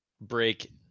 break